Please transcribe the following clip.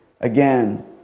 again